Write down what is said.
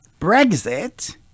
Brexit